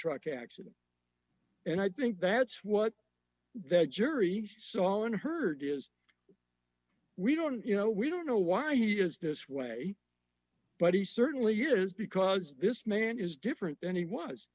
truck accident and i think that's what the jury saw and heard is we don't you know we don't know why he is this way but he certainly is because this man is different than he was